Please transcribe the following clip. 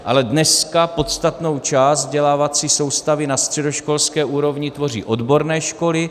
Ale dneska podstatnou část vzdělávací soustavy na středoškolské úrovni tvoří odborné školy.